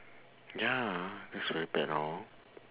ya that's very bad hor